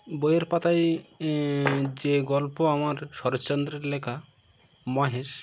বইয়ের পাতায় যে গল্প আমার শরৎচন্দ্রের লেখা মহেশ